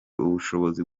ubushobozi